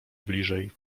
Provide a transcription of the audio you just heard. bliżej